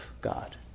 God